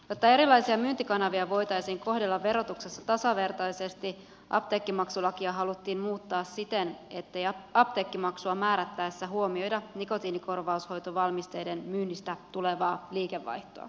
jotta erilaisia myyntikanavia voitaisiin kohdella verotuksessa tasavertaisesti apteekkimaksulakia haluttiin muuttaa siten ettei apteekkimaksua määrättäessä huomioida nikotiinikor vaushoitovalmisteiden myynnistä tulevaa liikevaihtoa